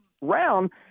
round